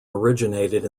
originated